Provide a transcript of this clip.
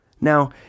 Now